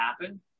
happen